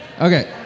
Okay